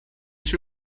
się